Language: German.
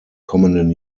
kommenden